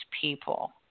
people